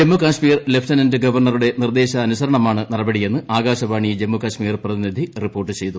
Jammu Kashmir lieutenant ഗവർണറുടെ നിർദ്ദേശാനുസരണമാണ് നടപടിയെന്ന് ആകാശവാണി ജമ്മുകശ്മീർ പ്രതിനിധി റിപ്പോർട്ട് ചെയ്തു